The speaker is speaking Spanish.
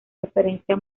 referencia